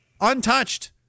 untouched